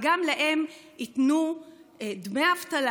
וגם להם ייתנו דמי אבטלה.